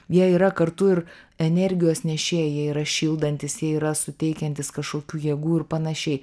jie yra kartu ir energijos nešėjai jie yra šildantys jie yra suteikiantys kažkokių jėgų ir panašiai